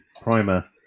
primer